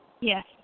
Yes